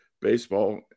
baseball